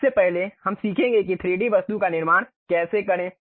सबसे पहले हम सीखेंगे कि 3D वस्तु का निर्माण कैसे करें